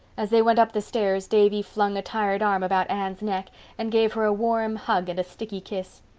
as they went up the stairs davy flung a tired arm about anne's neck and gave her a warm hug and a sticky kiss.